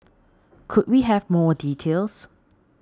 could we have more details